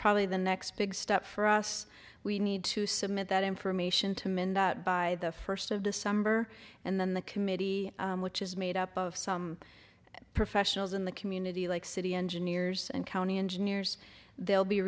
probably the next big step for us we need to submit that information to mend by the first of december and then the committee which is made up of some professionals in the community like city engineers and county engineers they'll be